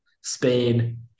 Spain